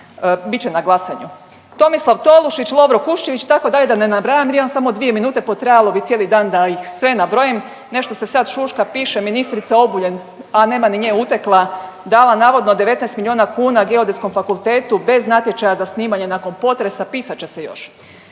Tomislav Tolušić, Lovro Kuščević itd. da ne nabrajam jer imam samo dvije minute. Potrajalo bi cijeli dan da ih sve nabrojim. Nešto se sad šuška, piše ministrice Obuljen. A nema ni nje, utekla, dala navodno 19 milijuna kuna Geodetskom fakultetu bez natječaja za snimanje nakon potresa. Pisat će se još!